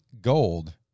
gold